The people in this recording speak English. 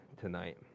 tonight